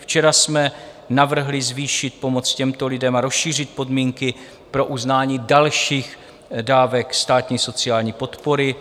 Včera jsme navrhli zvýšit pomoc těmto lidem a rozšířit podmínky pro uznání dalších dávek státní sociální podpory.